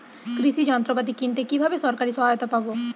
কৃষি যন্ত্রপাতি কিনতে কিভাবে সরকারী সহায়তা পাব?